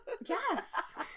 yes